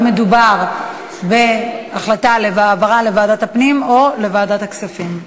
מדובר בהעברה לוועדת הפנים או לוועדת הכספים.